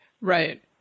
Right